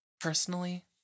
personally